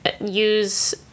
use